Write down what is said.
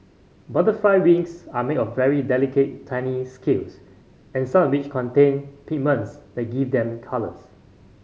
butterfly wings are made of very delicate tiny scales and some of which contain pigments that give them colours